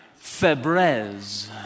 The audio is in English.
Febreze